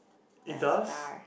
it does